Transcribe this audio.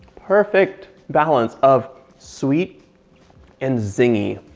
perfect balance of sweet and zingy.